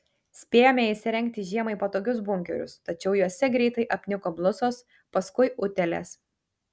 spėjome įsirengti žiemai patogius bunkerius tačiau juose greitai apniko blusos paskui utėlės